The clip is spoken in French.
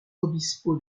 obispo